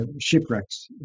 shipwrecks